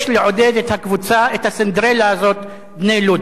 יש לעודד את הקבוצה, את הסינדרלה הזאת "בני לוד".